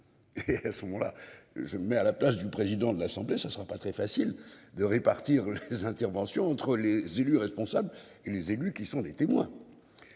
Et à ce moment-là je me mets à la place du président de l'Assemblée, ça ne sera pas très facile de répartir les interventions entre les élus responsables et les élus qui sont des témoins.